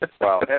wow